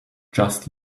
just